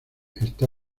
está